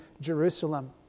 Jerusalem